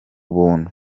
buntu